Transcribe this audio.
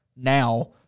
Now